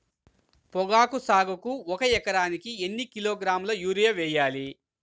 పొగాకు సాగుకు ఒక ఎకరానికి ఎన్ని కిలోగ్రాముల యూరియా వేయాలి?